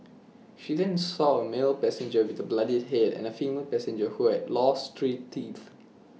she then saw A male passenger with A bloodied Head and A female passenger who have lost three teeth